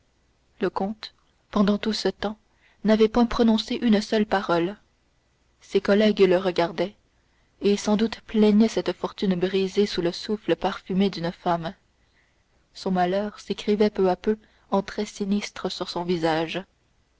le comte pendant tout ce temps n'avait point prononcé une seule parole ses collègues le regardaient et sans doute plaignaient cette fortune brisée sous le souffle parfumé d'une femme son malheur s'écrivait peu à peu en traits sinistres sur son visage